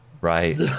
Right